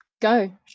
go